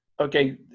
Okay